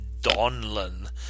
donlan